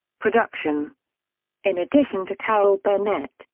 production in addition to carol burnett,